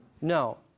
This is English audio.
No